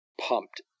pumped